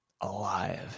alive